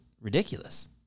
ridiculous